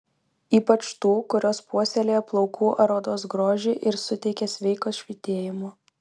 ypač tų kurios puoselėja plaukų ar odos grožį ir suteikia sveiko švytėjimo